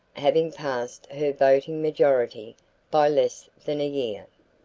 having passed her voting majority by less than a year.